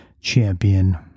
champion